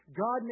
God